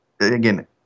again